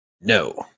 No